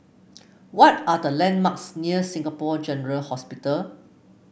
what are the landmarks near Singapore General Hospital